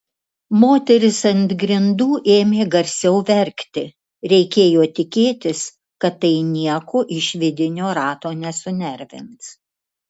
moteris ant grindų ėmė garsiau verkti reikėjo tikėtis kad tai nieko iš vidinio rato nesunervins